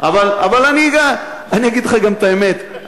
אני אגיד לך את האמת,